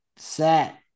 set